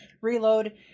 reload